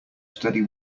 steady